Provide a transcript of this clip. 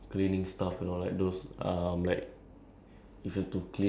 but I don't think there's oh I know like like those cleaning